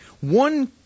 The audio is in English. one